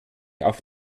auf